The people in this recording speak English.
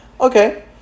okay